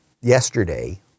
yesterday